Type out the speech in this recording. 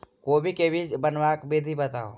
कोबी केँ बीज बनेबाक विधि बताऊ?